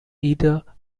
either